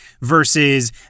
versus